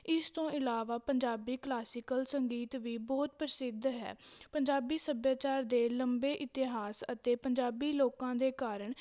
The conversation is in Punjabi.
ਇਸ ਤੋਂ ਇਲਾਵਾ ਪੰਜਾਬੀ ਕਲਾਸੀਕਲ ਸੰਗੀਤ ਵੀ ਬਹੁਤ ਪ੍ਰਸਿੱਧ ਹੈ ਪੰਜਾਬੀ ਸੱਭਿਆਚਾਰ ਦੇ ਲੰਬੇ ਇਤਿਹਾਸ ਅਤੇ ਪੰਜਾਬੀ ਲੋਕਾਂ ਦੇ ਕਾਰਨ